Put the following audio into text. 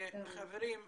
חברים,